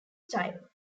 style